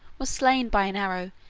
was slain by an arrow,